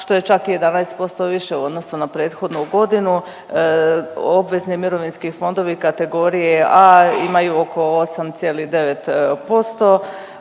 što je čak 11% više u odnosu na prethodnu godinu. Obvezni mirovinski fondovi kategorija A imaju oko 8,9%